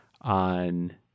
on